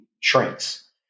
shrinks